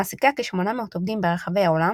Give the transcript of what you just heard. מעסיקה כ-800 עובדים ברחבי העולם,